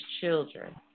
children